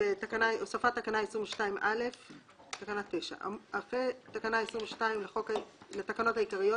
"הוספת תקנה 22א 9. אחרי תקנה 22 לתקנות העיקריות,